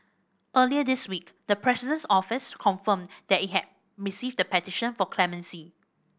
earlier this week the President's Office confirmed that it had received the petition for clemency